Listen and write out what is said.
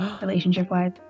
relationship-wise